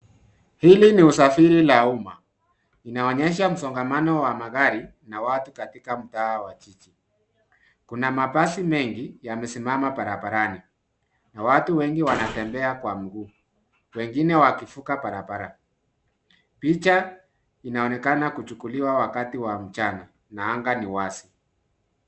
Hili ni usafiri la umma. Inaonyesha msongamano wa magari na watu katika mtaa wa jiji. Kuna mabasi mengi yamesimama barabarani na watu wengi wanatembea kwa mguu, wengine wakivuka barabara. Picha inaonekana kuchukuliwa wakati wa mchana na anga ni wazi.